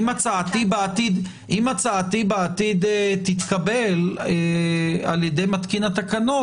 אם הצעתי בעתיד תתקבל על ידי מתקין התקנות,